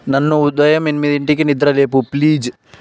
నన్ను ఉదయం ఎనిమిదింటికి నిద్ర లేపు ప్లీజ్